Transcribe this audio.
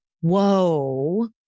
whoa